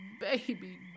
baby